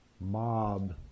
mob